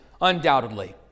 undoubtedly